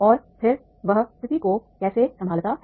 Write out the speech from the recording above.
और फिर वह स्थिति को कैसे संभालता है